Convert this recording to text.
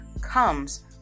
comes